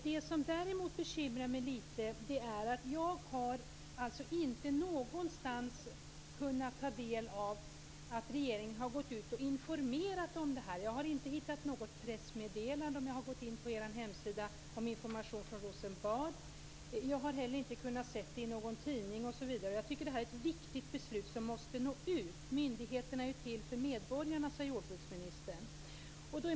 Det som däremot bekymrar mig litet är att jag inte någonstans har kunnat se att regeringen har gått ut och informerat om det här. Jag har inte hittat något pressmeddelande, ingenting på hemsidan med information från Rosenbad, ingenting i någon tidning osv. Jag tycker att det här är ett viktigt beslut som måste nå ut. Myndigheterna är ju till för medborgarna, som jordbruksministern sade.